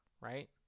right